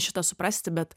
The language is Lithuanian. šitą suprasti bet